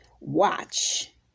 Watch